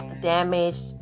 damaged